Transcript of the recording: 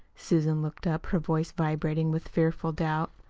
susan looked up, her voice vibrating with fearful doubts.